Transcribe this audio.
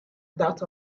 dot